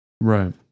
Right